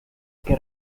que